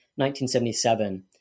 1977